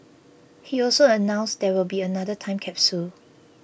he also announced there will be another time capsule